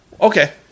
okay